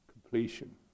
completion